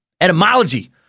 Etymology